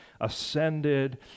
ascended